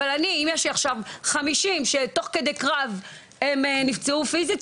אבל אם יש לי עכשיו 50 שתוך כדי קרב הן נפצעו פיזית,